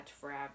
forever